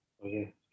Okay